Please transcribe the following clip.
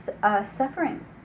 suffering